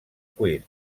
cuir